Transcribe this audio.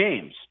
games